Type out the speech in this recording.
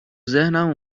ذهنم